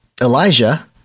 Elijah